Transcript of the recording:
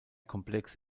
komplex